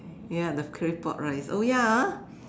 ya the claypot rice oh ya ah